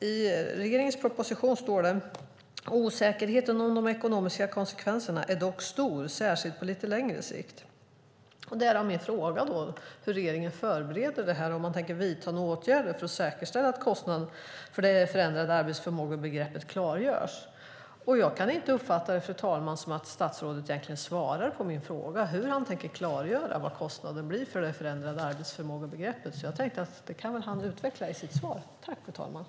I regeringens proposition står det: Osäkerheten om de ekonomiska konsekvenserna är dock stor, särskilt på lite längre sikt. Därav min fråga hur regeringen förbereder detta och om man tänker vidta några åtgärder för att säkerställa att kostnaden för det förändrade arbetsförmågebegreppet klargörs. Fru talman! Jag kan inte uppfatta det som att statsrådet egentligen svarar på min fråga hur man tänker klargöra vad kostnaden blir för det förändrade arbetsförmågebegreppet. Jag tänkte att han kunde utveckla det i sitt nästa inlägg.